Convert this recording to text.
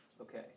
Okay